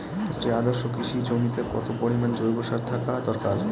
একটি আদর্শ কৃষি জমিতে কত পরিমাণ জৈব সার থাকা দরকার?